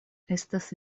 estas